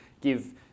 give